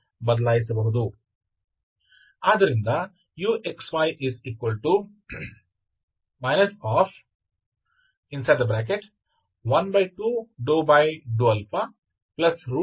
ಆದ್ದರಿಂದ uxy 12∂α32∂β